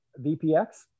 VPX